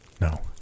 No